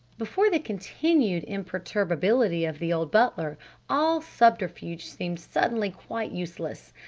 before the continued imperturbability of the old butler all subterfuge seemed suddenly quite useless.